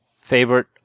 favorite